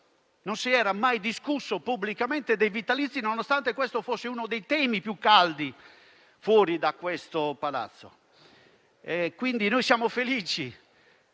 non si era mai discusso pubblicamente dei vitalizi, nonostante questo fosse uno dei temi più caldi fuori da questo palazzo. Siamo felici